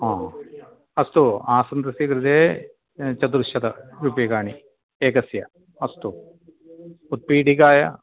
अस्तु आसन्दस्य कृते चतुश्शतरूप्यकाणि एकस्य अस्तु उत्पीठिकायाः